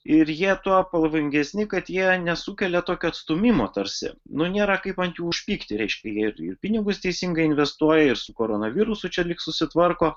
ir jie tuo pavojingesni kad jie nesukelia tokio atstūmimo tarsi nu nėra kaip ant jų užpykti reiškia jie ir ir pinigus teisingai investuoja ir su koronavirusu čia lyg susitvarko